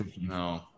No